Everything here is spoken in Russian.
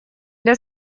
для